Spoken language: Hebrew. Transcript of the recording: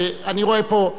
אני רואה פה,